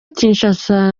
kinshasa